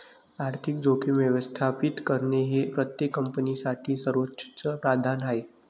आर्थिक जोखीम व्यवस्थापित करणे हे प्रत्येक कंपनीसाठी सर्वोच्च प्राधान्य आहे